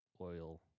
oil